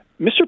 Mr